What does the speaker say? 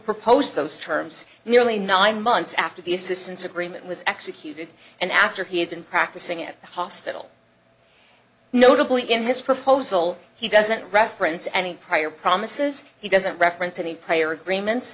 proposed those terms nearly nine months after the assistance agreement was executed and after he had been practicing in the hospital notably in his proposal he doesn't reference any prior promises he doesn't reference any prior agreements